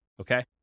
Okay